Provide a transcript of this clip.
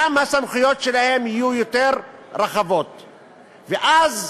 גם הסמכויות שלהם יהיו רחבות יותר, ואז